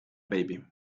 baby